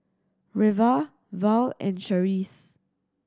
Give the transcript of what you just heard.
Reva Val and Charisse